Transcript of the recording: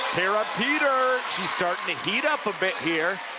kara peter, she's starting to heat up a bit here.